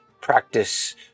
practice